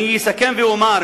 אני אסכם ואומר,